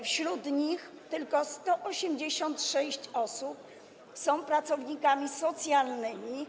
Wśród nich tylko 186 osób to pracownicy socjalni.